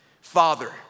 Father